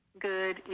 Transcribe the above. Good